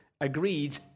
agreed